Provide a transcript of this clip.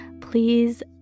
please